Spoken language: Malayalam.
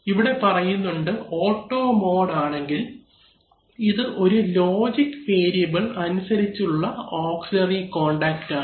ഇവിടെ പറയുന്നുണ്ട് ഓട്ടോ മോഡ് ആണെങ്കിൽ ഇത് ഒരു ലോജിക് വേരിയബൽ അനുസരിച്ചുള്ള ഓക്സിലറി കോൺടാക്ട് ആണ്